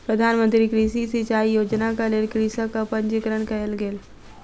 प्रधान मंत्री कृषि सिचाई योजनाक लेल कृषकक पंजीकरण कयल गेल